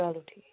چلو ٹھیٖک